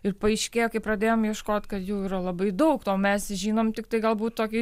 ir paaiškėjo kai pradėjom ieškot kad jų yra labai daug o mes žinom tiktai galbūt tokį